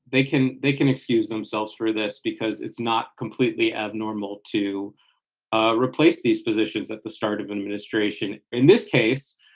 they can they can excuse themselves for this because it's not completely abnormal to ah replace these positions at the start of an administration. in this case,